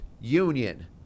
union